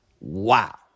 Wow